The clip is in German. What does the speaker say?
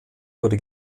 wurde